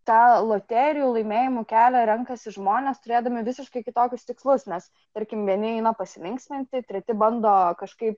tą loterijų laimėjimų kelią renkasi žmonės turėdami visiškai kitokius tikslus nes tarkim vieni eina pasilinksminti treti bando kažkaip